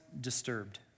disturbed